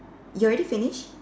you already finish